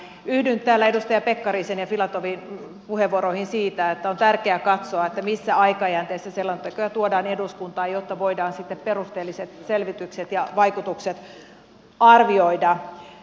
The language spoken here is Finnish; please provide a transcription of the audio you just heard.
yhdyn täällä edustaja pekkarisen ja filatovin puheenvuoroihin siitä että on tärkeää katsoa missä aikajänteessä selontekoja tuodaan eduskuntaan jotta voidaan sitten perusteelliset selvitykset tehdä ja vaikutukset arvioida